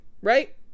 right